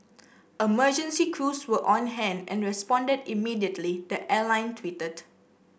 emergency crews were on hand and responded immediately the airline tweeted